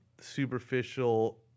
superficial